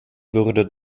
würde